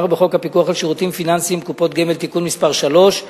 בחוק הפיקוח על שירותים פיננסיים (קופות גמל) (תיקון מס' 3),